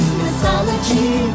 mythology